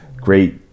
great